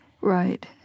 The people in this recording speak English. Right